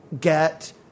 get